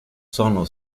sono